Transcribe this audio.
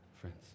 friends